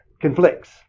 conflicts